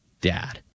Dad